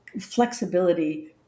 flexibility